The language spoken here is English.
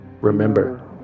Remember